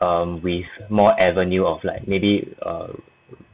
um with more avenue of like maybe a